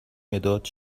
مداد